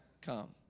Come